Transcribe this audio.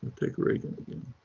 take reagan again.